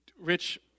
Rich